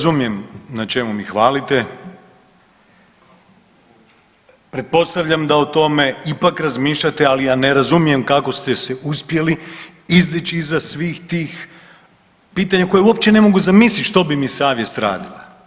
Ne razumijem na čemu mi hvalite, pretpostavljam da o tome ipak razmišljate ali ja ne razumijem kako ste se uspjeli izdići iznad svih tih pitanja koja uopće ne mogu zamisliti što bi mi savjest radila.